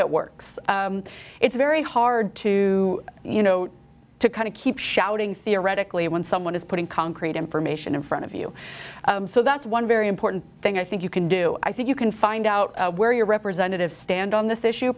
it works it's very hard to you know to kind of keep shouting theoretically when someone is putting concrete information in front of you so that's one very important thing i think you can do i think you can find out where your representative stand on this issue